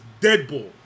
Deadpool